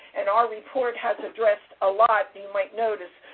and our report has addressed a lot, you might notice,